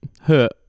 hurt